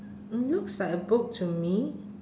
mm looks like a book to me